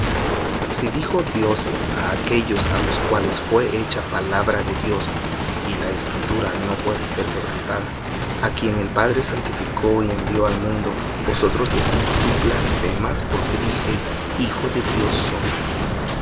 si dijo dioses á aquellos á los cuales fué hecha palabra de dios a quien el padre santificó y envió al mundo vosotros decís tú blasfemas porque dije hijo de dios soy